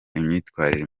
imyitwarire